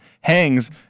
hangs